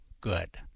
good